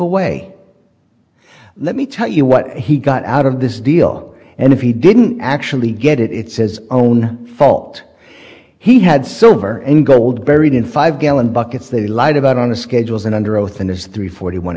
away let me tell you what he got out of this deal and if he didn't actually get it it's his own fault he had silver and gold buried in five gallon buckets they lied about on the schedules and under oath in his three forty one